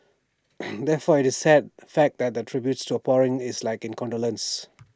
therefore IT is A sad fact that the tributes are pouring is like condolences